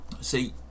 See